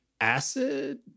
acid